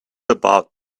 about